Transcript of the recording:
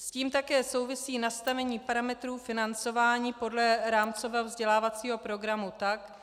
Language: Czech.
S tím také souvisí nastavení parametrů financování podle rámcového vzdělávacího programu tak,